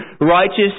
righteous